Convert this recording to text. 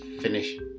finish